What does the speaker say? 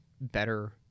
better